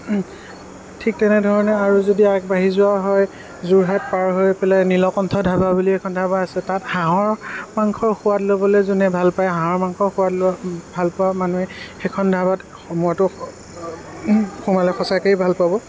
ঠিক তেনেধৰণে আৰু যদি আগবাঢ়ি যোৱা হয় যোৰহাট পাৰ হৈ পেলাই নীলকণ্ঠ ধাবা বুলি এখন ধাবা আছে তাত হাঁহৰ মাংসৰ সোৱাদ ল'বলৈ যোনে ভাল পায় হাঁহৰ মাংস সোৱাদ লোৱা ভাল পোৱা মানুহে সেইখন ধাবাত সোমোৱাতো সোমালে সঁচাকেই ভাল পাব